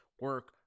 Work